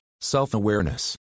self-awareness